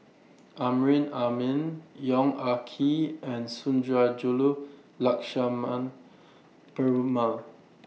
Amrin Amin Yong Ah Kee and Sundarajulu Lakshmana Perumal